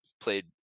played